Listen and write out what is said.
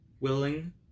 willing